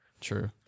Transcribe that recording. true